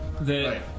that-